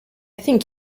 think